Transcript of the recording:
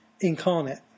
incarnate